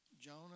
Jonah